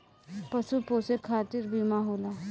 पशु पोसे खतिर बीमा होला